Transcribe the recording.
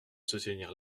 soutenir